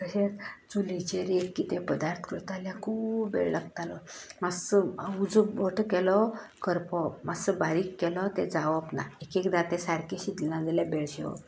तशेंच चुलीचेर एक किदें पदार्थ करतां जाल्यार खूब वेळ लागतालो मातसो उजो मोटो केलो करपवप मातसो बारीक केलो तें जावप ना एक एकदा तें सारकें शिजना जाल्यार बेळशेवप